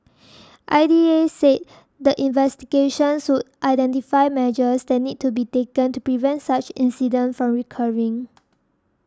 I D A said the investigations would identify measures that need to be taken to prevent such incidents from recurring